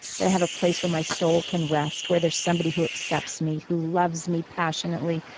that i have a place where my soul can rest where there's somebody who accepts me, who loves me passionately,